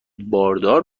باردار